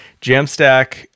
Jamstack